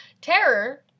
Terror